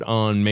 on